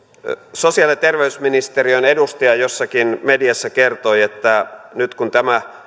sosiaali ja terveysministeriön edustaja jossakin mediassa kertoi että nyt kun tämä